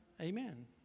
Amen